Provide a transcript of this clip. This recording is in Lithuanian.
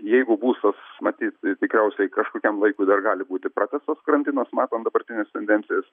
jeigu bus tas matyt tikriausiai kažkokiam laikui dar gali būti pratęstas karantinas matant dabartines tendencijas